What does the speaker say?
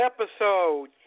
Episode